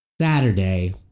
Saturday